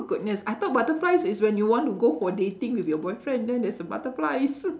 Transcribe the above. goodness I thought butterflies is when you want to go for dating with your boyfriend then there's the butterflies